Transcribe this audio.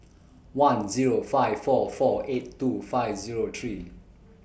one Zero five four four eight two five Zero three